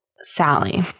sally